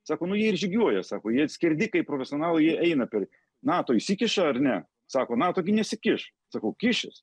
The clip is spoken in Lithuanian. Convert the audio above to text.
sako nu jie ir žygiuoja sako jie skerdikai profesionalai jie eina per nato įsikiša ar ne sako nato gi nesikiš sakau kišis